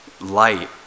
light